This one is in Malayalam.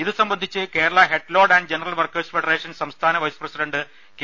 ഇതു സംബന്ധിച്ച് Kerala head load and general workers federation സംസ്ഥാന വൈസ് പ്രസിഡന്റ് കെ